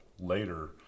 later